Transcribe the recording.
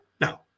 No